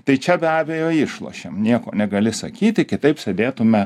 tai čia be abejo išlošėm nieko negali sakyti kitaip sėdėtume